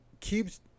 keeps